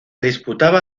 disputaba